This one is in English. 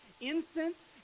Incense